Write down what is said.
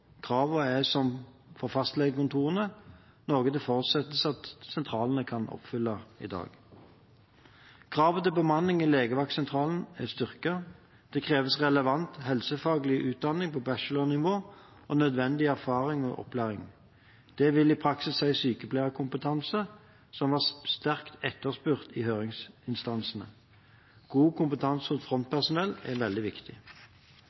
Kravet er som for fastlegekontorene, noe det forutsettes at sentralene kan oppfylle i dag. Kravet til bemanning i legevaktsentralene er styrket. Det kreves relevant helsefaglig utdanning på bachelornivå og nødvendig erfaring og opplæring. Det vil i praksis si sykepleierkompetanse, som var sterkt etterspurt av høringsinstansene. God kompetanse hos frontpersonell er veldig viktig.